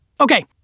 Okay